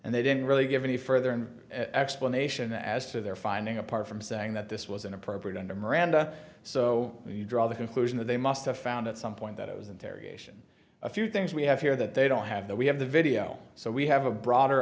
and they didn't really give any further an explanation as to their finding apart from saying that this was inappropriate under miranda so you draw the conclusion that they must have found at some point that it was interrogation a few things we have here that they don't have that we have the video so we have a broader